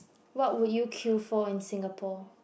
what would you kill for in Singapore